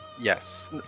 Yes